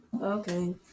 Okay